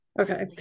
Okay